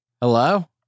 Hello